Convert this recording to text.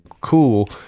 cool